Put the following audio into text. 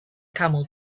camel